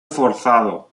forzado